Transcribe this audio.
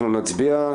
אנחנו נצביע.